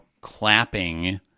clapping